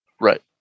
Right